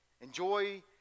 Enjoy